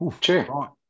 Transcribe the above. Sure